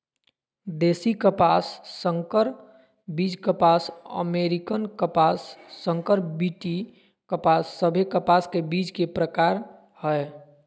देशी कपास, संकर बीज कपास, अमेरिकन कपास, संकर बी.टी कपास सभे कपास के बीज के प्रकार हय